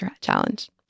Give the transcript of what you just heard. challenge